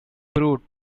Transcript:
brute